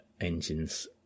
engines